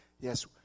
yes